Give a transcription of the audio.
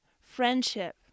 friendship